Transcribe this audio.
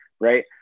right